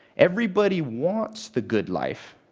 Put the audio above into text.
everybody wants the good life,